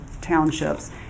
townships